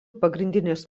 pagrindinės